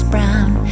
Brown